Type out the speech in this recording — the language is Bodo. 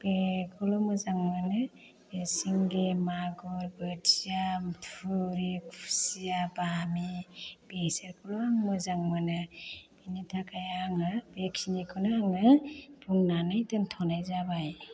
बेखौल' मोजां मोनो बे सिंगि मागुर बोथिया थुरि खुसिया बामि बेसोरखौल' आं मोजां मोनो बेनि थाखाय आङो बेखिनिखौनो आङो बुंनानै दोनथ'नाय जाबाय